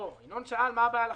ינון שאל מה הבעיה לחזור.